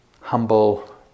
humble